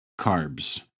carbs